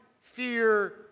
fear